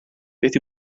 beth